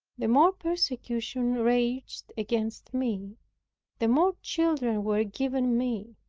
the more persecution raged against me the more children were given me,